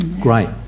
great